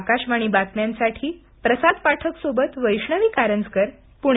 आकाशवाणी बातम्यांसाठी प्रसाद पाठक यांच्यासह वैष्णवी कारंजकर पुणे